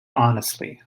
honestly